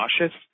nauseous